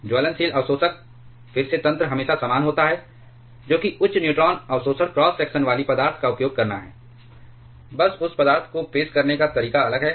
ज्वलनशील अवशोषक फिर से तंत्र हमेशा समान होता है जो कि उच्च न्यूट्रॉन अवशोषण क्रॉस सेक्शन वाली पदार्थ का उपयोग करना है बस उस पदार्थ को पेश करने का तरीका अलग है